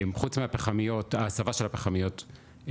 חוץ מההסבה של הפחמיות,